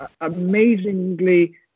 amazingly